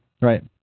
Right